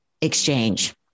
exchange